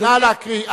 נא להקריא.